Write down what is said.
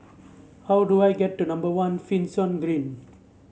how do I get to number One Finlayson Green